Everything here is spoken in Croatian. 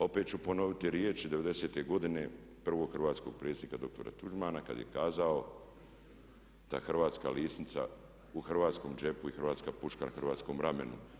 Opet ću ponoviti riječi '90.-te godine prvog Hrvatskog predsjednika dr. Tuđmana kada je kazao da hrvatska lisnica u hrvatskom džepu i hrvatska puška na hrvatskom ramenu.